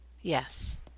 Yes